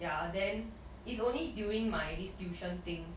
ya then is only during my this tuition thing